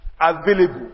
available